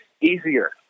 easier